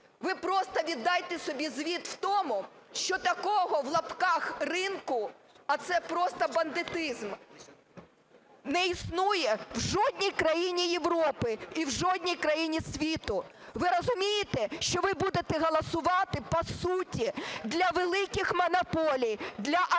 ви просто віддайте собі звіт в тому, що такого, в лапках, "ринку", а це просто бандитизм, не існує в жодній країні Європи і в жодній країні світу. Ви розумієте, що ви будете голосувати по суті для великих монополій, для